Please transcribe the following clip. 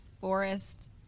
forest